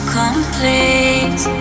complete